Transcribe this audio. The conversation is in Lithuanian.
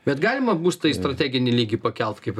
bet galima būstą į strateginį lygį pakelt kaip